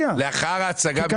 לאחר ההצגה בפני הוועדה.